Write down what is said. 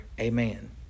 Amen